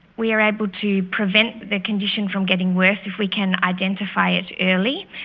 we are able to prevent the condition from getting worse if we can identify it early,